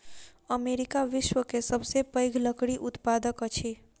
America विश्व के सबसे पैघ लकड़ी उत्पादक अछि